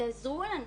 שתעזרו לנו,